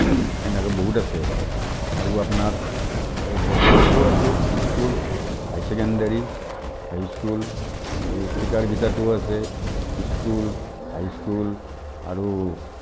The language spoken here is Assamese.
এনেকৈ বহুত আছে আৰু আপোনাৰ দেবেৰাদিতো আছে school high secondary high school আৰু চিকাৰবিতাতো আছে স্কুল হাই স্কুল আৰু